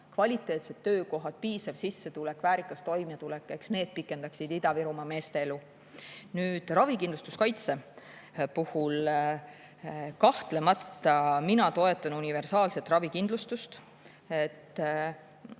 kvaliteetsed töökohad, piisav sissetulek, väärikas toimetulek, eks need pikendaksid Ida-Virumaa meeste elu. Nüüd, ravikindlustuskaitse puhul kahtlemata mina toetan universaalset ravikindlustust.